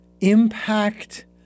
impact